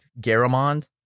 Garamond